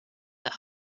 that